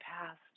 past